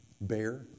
bear